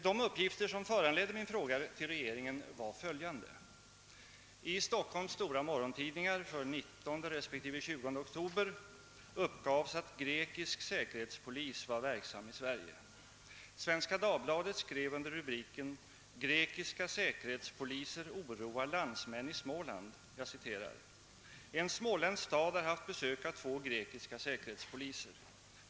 De uppgifter som föranledde min fråga till regeringen var följande. I Stockholms stora morgontidningar för den 19 respektive 20 oktober uppgavs att grekisk säkerhetspolis var verksam i Sverige. Svenska Dagbladet skrev under rubriken »Grekiska säkerhetspoliser oroar landsmän i Småland» följande: »En småländsk stad har haft besök av två grekiska säkerhetspoliser.